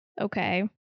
Okay